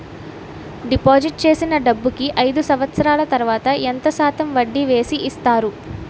Deposit చేసిన డబ్బుకి అయిదు సంవత్సరాల తర్వాత ఎంత శాతం వడ్డీ వేసి ఇస్తారు?